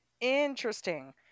Interesting